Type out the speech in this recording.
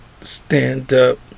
stand-up